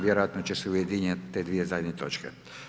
Vjerojatno će se ujediniti te dvije zadnje točke.